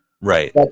right